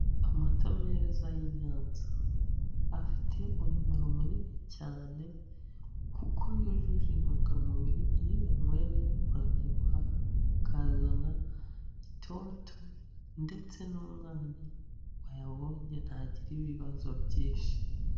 Amata meza y'Inyanza, afite umumaro munini cyane kuko yujuje intungamubiri, iyo uyanyweye urabyibuha ukazana itoto ndetse n'umwana wayabonye ntagira ibibazo byinshi.